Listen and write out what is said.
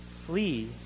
Flee